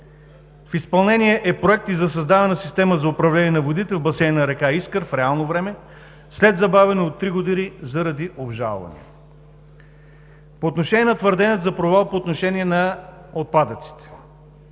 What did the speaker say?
В изпълнение е и Проект за създаване на система за управление на водите в басейна на река „Искър“ в реално време, след забавяне от три години заради обжалване. Във връзка с твърденията за провал по отношение на отпадъците.